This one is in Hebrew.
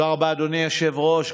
תודה רבה, אדוני היושב-ראש.